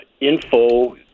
info